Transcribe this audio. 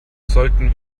sollten